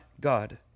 God